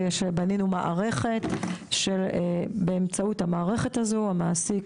ובנינו מערכת שבאמצעות המערכת הזו הבנק